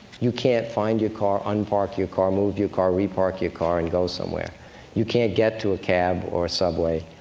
you can't find your car, un-park your car, move your car, re-park your car and go somewhere you can't get to a cab or a subway.